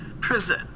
prison